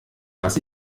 was